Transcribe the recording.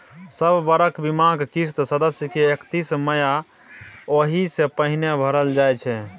सब बरख बीमाक किस्त सदस्य के एकतीस मइ या ओहि सँ पहिने भरल जाइ छै